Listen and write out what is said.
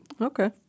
Okay